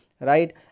right